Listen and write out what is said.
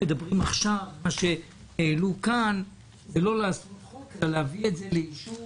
כאן הציעו לא לחוקק חוק אלא להביא את זה לאישור,